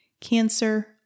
cancer